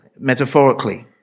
metaphorically